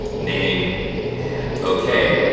name and ok.